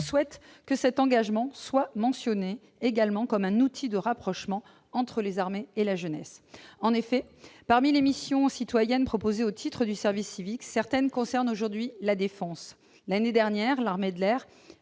souhaite que cet engagement soit mentionné également comme un outil de rapprochement entre les armées et la jeunesse. En effet, parmi les missions citoyennes proposées au titre du service civique, certaines concernent aujourd'hui la défense. L'année dernière, l'armée de l'air